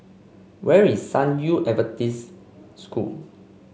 where is San Yu Adventist School